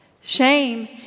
Shame